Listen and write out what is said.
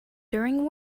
during